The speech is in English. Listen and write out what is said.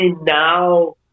now